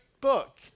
book